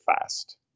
fast